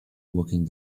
walking